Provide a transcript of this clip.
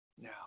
Now